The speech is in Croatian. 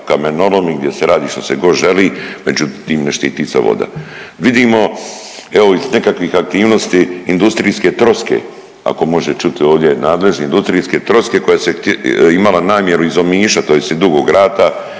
kamenolomi, gdje se radi što se god želi, međutim ne štiti se voda. Vidimo, evo iz nekakvih aktivnosti, industrijske troske, ako može čuti ovdje nadležni, industrijske troske koja se imala namjeru iz Omiša tj. iz Dugog Rata